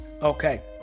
Okay